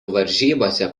varžybose